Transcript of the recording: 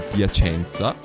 Piacenza